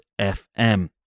FM